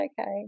okay